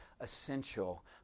essential